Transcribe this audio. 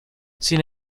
sin